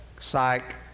psych